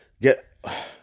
Get